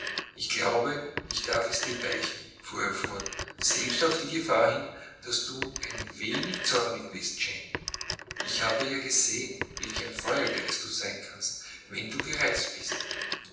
ich glaube ich darf es dir beichten fuhr er fort selbst auf die gefahr hin daß du ein wenig zornig bist jane ich habe ja gesehen welch ein feuergeist du sein kannst wenn du gereizt bist